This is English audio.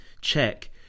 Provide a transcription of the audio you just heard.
check